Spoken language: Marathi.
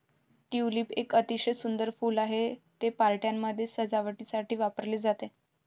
ट्यूलिप एक अतिशय सुंदर फूल आहे, ते पार्ट्यांमध्ये सजावटीसाठी वापरले जाते